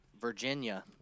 Virginia